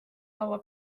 laua